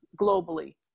globally